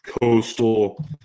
coastal